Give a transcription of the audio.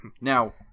Now